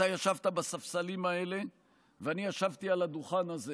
אתה ישבת על הספסלים האלה ואני ישבתי על הדוכן הזה